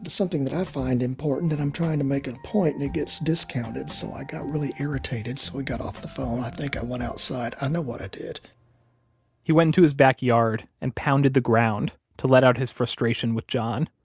something that i find important, and i'm trying to make a point, and it gets discounted. so i got really irritated, so we got off the phone. i think i went outside. i know what i did he went into his backyard and pounded the ground to let out his frustration with john.